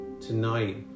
tonight